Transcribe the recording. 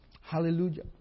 Hallelujah